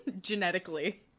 genetically